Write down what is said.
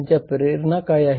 त्यांच्या प्रेरणा काय आहेत